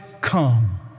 come